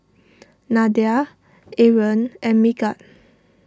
Nadia Aaron and Megat